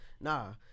Nah